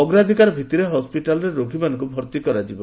ଅଗ୍ରାଧିକାର ଭିତ୍ତିରେ ହସ୍କିଟାଲ୍ରେ ରୋଗୀମାନଙ୍କୁ ଭର୍ତ୍ତି କରାଯିବ